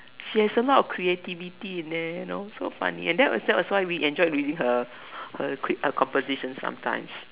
she has a lot of creativity and then you know so funny and that was that was why we enjoyed reading her her quick composition sometimes